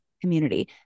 community